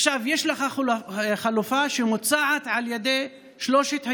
עכשיו, יש חלופה שמוצעת על ידי שלושת היישובים,